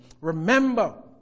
remember